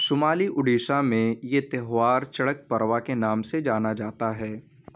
شمالی اوڈیشہ میں یہ تہوار چڑک پروا کے نام سے جانا جاتا ہے